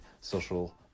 social